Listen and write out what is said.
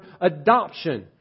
adoption